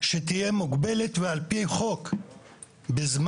שתהיה מוגבלת ועל פי חוק בזמן,